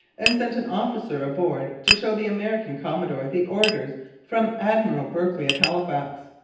and sent an officer aboard to show the american commodore the orders from admiral berkeley at halifax.